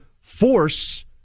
force